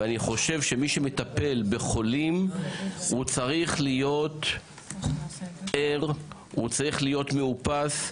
ואני חושב שמי שמטפל בחולים צריך להיות ער והוא צריך להיות מאופס,